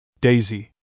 Daisy